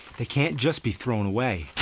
they can't just be thrown away.